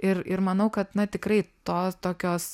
ir ir manau kad na tikrai to tokios